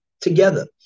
together